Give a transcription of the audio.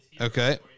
Okay